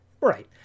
Right